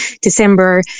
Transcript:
December